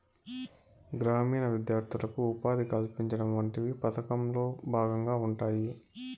గ్రామీణ విద్యార్థులకు ఉపాధి కల్పించడం వంటివి పథకంలో భాగంగా ఉంటాయి